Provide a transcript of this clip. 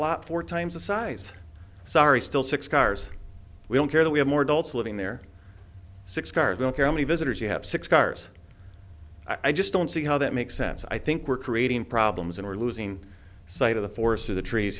lot four times the size sorry still six cars we don't care that we have more adults living there six cars will carry many visitors you have six cars i just don't see how that makes sense i think we're creating problems and we're losing sight of the forest for the trees